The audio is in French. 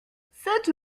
cette